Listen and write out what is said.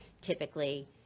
typically